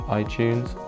iTunes